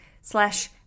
slash